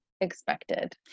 expected